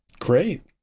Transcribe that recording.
Great